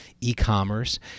e-commerce